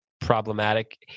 problematic